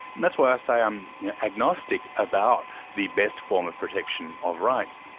and that's why i say i'm you know, agnostic about the best form of protection of rights.